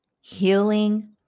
healing